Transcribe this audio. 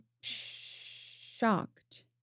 shocked